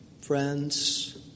friends